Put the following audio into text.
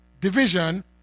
division